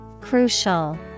Crucial